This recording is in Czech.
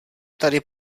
tady